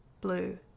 blue